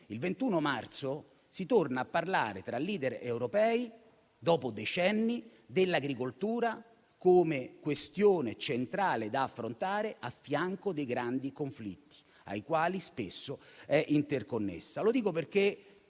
Il 21 marzo si torna a parlare tra *leader* europei, dopo decenni, della agricoltura come questione centrale da affrontare a fianco dei grandi conflitti ai quali spesso è interconnessa. Lo dico perché,